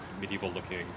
medieval-looking